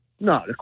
No